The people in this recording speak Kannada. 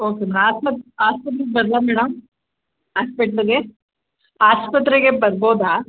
ಓಕೆ ಮೆ ಆಸ್ಪ ಹಾಸ್ಪೆಟ್ಲಿಗೆ ಬರ್ಲಾ ಮೇಡಮ್ ಹಾಸ್ಪೆಟ್ಲಿಗೆ ಆಸ್ಪತ್ರೆಗೆ ಬರ್ಬೋದಾ